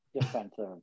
defensive